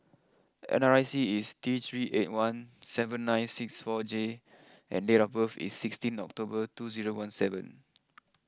N R I C is T three eight one seven nine six four J and date of birth is sixteen October two zero one seven